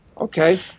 Okay